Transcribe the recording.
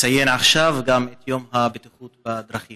ותציין גם עכשיו, את יום הבטיחות בדרכים.